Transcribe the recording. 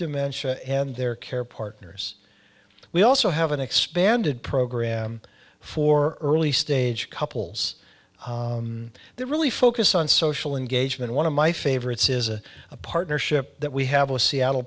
dementia and their care partners we also have an expanded program for early stage couples they're really focused on social engagement one of my favorites is a partnership that we have a seattle